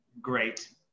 great